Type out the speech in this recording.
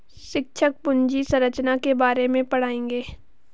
शिक्षक पूंजी संरचना के बारे में पढ़ाएंगे